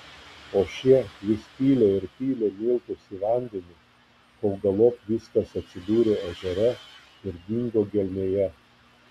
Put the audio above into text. o šie vis pylė ir pylė miltus į vandenį kol galop viskas atsidūrė ežere ir dingo gelmėje